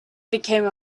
became